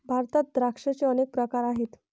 भारतात द्राक्षांचे अनेक प्रकार आहेत